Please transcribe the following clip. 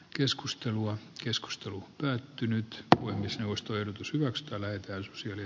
keskustelua keskustelu päättynyt omista ostoehdotus muodostaneet jeltsinin